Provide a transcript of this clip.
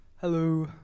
Hello